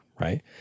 right